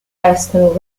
western